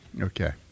Okay